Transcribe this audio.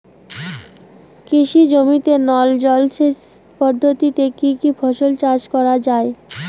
কৃষি জমিতে নল জলসেচ পদ্ধতিতে কী কী ফসল চাষ করা য়ায়?